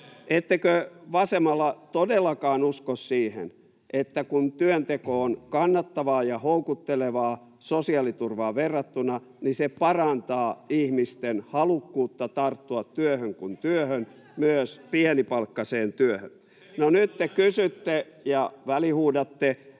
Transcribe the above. Ettekö vasemmalla todellakaan usko siihen, että kun työnteko on kannattavaa ja houkuttelevaa sosiaaliturvaan verrattuna, niin se parantaa ihmisten halukkuutta tarttua työhön kuin työhön, myös pienipalkkaiseen työhön? [Välihuutoja